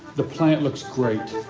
the plant looks great.